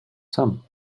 some